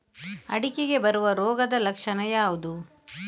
ಅಡಿಕೆಗೆ ಬರುವ ರೋಗದ ಲಕ್ಷಣ ಯಾವುದು?